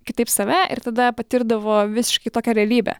kitaip save ir tada patirdavo visiškai kitokią realybę